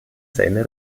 seiner